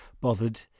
bothered